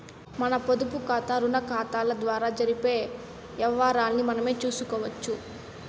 మన పొదుపుకాతా, రుణాకతాల ద్వారా జరిపే యవ్వారాల్ని మనమే సూసుకోవచ్చు